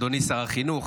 אדוני שר החינוך,